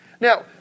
Now